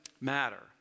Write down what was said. matter